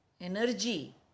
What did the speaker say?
energy